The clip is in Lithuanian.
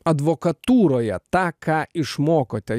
advokatūroje tą ką išmokote